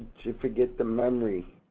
to forget the memory